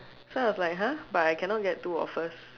so I was like !huh! but I cannot get two offers